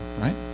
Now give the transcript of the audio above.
right